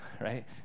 right